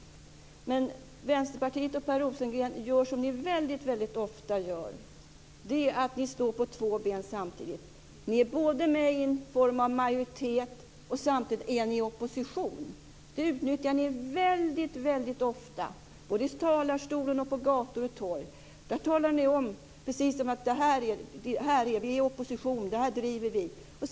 Ni i Vänsterpartiet gör som ni väldigt ofta gör, och det är att ni står på två ben samtidigt. Ni är med i en form av majoritet och samtidigt är ni i opposition. Det utnyttjar ni väldigt ofta både i talarstolen och på gator och torg. Där talar ni om att ni är i opposition och vad ni driver.